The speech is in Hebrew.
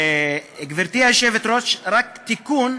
גברתי היושבת-ראש, רק תיקון,